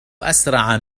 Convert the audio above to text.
أسرع